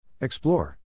Explore